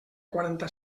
quaranta